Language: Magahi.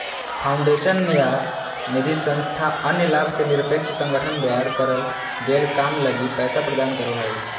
फाउंडेशन या निधिसंस्था अन्य लाभ निरपेक्ष संगठन द्वारा करल गेल काम लगी पैसा प्रदान करो हय